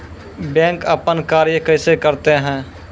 Bank अपन कार्य कैसे करते है?